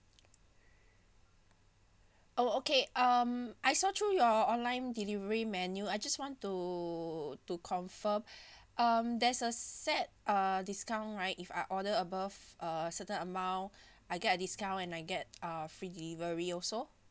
oh okay um I saw through your online delivery menu I just want to to confirm um there's a set uh discount right if I order above a certain amount I get a discount and I get uh free delivery also